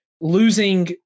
losing –